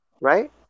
Right